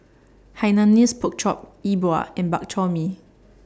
Hainanese Pork Chop Yi Bua and Bak Chor Mee